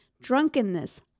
drunkenness